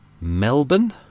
Melbourne